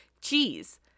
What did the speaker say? cheese